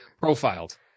profiled